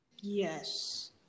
Yes